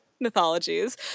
mythologies